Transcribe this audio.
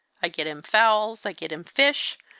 i get him fowls, i get him fish,